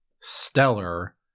stellar